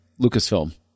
Lucasfilm